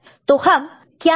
तो हम क्या करें